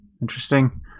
Interesting